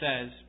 says